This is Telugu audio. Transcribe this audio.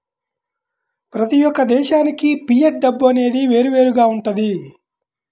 ప్రతి యొక్క దేశానికి ఫియట్ డబ్బు అనేది వేరువేరుగా వుంటది